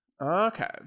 okay